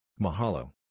Mahalo